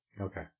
Okay